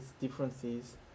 differences